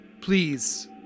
please